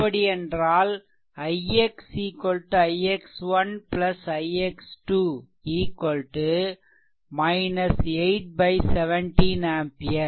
அப்படியென்றால் ix ix ' ix " 8 17 ampere